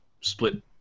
split